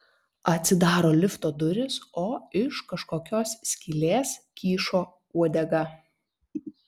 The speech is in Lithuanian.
atsidaro lifto durys o iš kažkokios skylės kyšo uodega